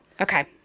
Okay